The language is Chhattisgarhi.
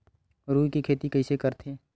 रुई के खेती कइसे करथे?